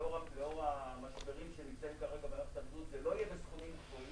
לאור המשברים שיש כרגע במערכת הבריאות זה לא יהיה בסכומים גבוהים,